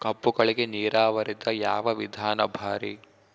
ಕಬ್ಬುಗಳಿಗಿ ನೀರಾವರಿದ ಯಾವ ವಿಧಾನ ಭಾರಿ?